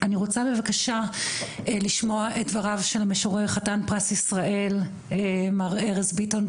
אני רוצה בבקשה לשמוע את דבריו של משורר חתן פרס ישראל מר ארז ביטון,